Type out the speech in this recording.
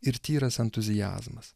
ir tyras entuziazmas